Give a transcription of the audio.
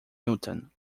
milton